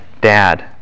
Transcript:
Dad